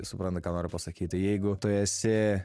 supranta ką noriu pasakyti jeigu tu esi